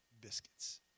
biscuits